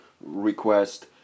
request